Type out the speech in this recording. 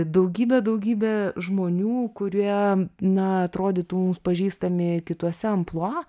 daugybė daugybė žmonių kurie na atrodytų mums pažįstami kituose amplua